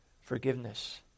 forgiveness